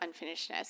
unfinishedness